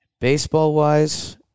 Baseball-wise